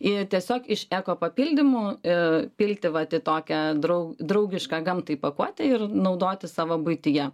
ir tiesiog iš eko papildymų e pilti vat į tokią drau draugišką gamtai pakuotę ir naudoti savo buityje